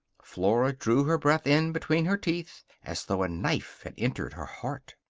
flora drew her breath in between her teeth as though a knife had entered her heart.